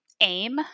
aim